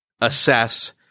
assess